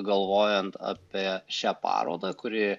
galvojant apie šią parodą kuri